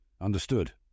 Understood